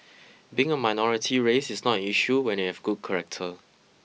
being a minority race is not an issue when you have good character